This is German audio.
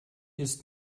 ist